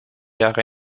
jaren